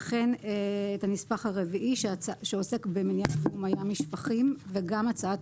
וכן את הנספח הרביעי שעוסק במניעת זיהום הים משפכים וגם הצעת